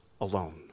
alone